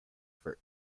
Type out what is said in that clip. for